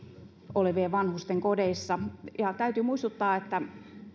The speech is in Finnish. olevien vanhusten kodeissa täytyy muistuttaa